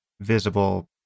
visible